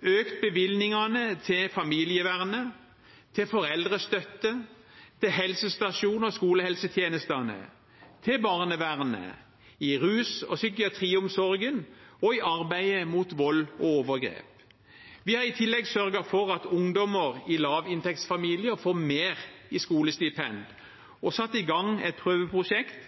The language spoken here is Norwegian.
økt bevilgningene til familievernet, til foreldrestøtte, til helsestasjons- og skolehelsetjenestene, til barnevernet, til rus- og psykiatriomsorgen og til arbeidet mot vold og overgrep. Vi har i tillegg sørget for at ungdommer i lavinntektsfamilier får mer i skolestipend, og satt i gang et prøveprosjekt